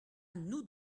nous